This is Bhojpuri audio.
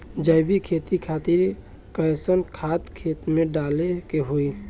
जैविक खेती खातिर कैसन खाद खेत मे डाले के होई?